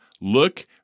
Look